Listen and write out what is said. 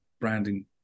branding